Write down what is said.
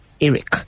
Eric